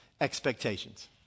expectations